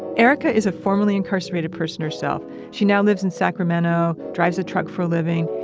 erika is a formerly incarcerated person herself. she now lives in sacramento, drives a truck for a living,